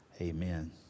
Amen